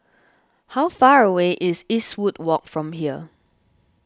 how far away is Eastwood Walk from here